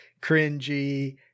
cringy